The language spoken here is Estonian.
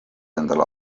endale